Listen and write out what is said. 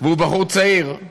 והוא בחור צעיר,